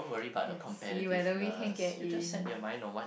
and see whether we can get in